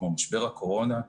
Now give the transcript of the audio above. כמו משבר הקורונה,